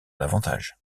davantage